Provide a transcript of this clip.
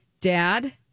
Dad